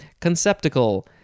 Conceptical